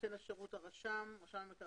נותן השירות הוא רשם המקרקעין.